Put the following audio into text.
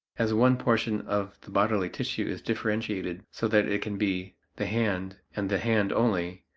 as one portion of the bodily tissue is differentiated so that it can be the hand and the hand only,